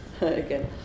again